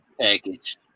package